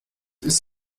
ist